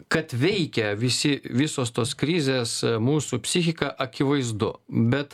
kad veikia visi visos tos krizės mūsų psichiką akivaizdu bet